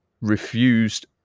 refused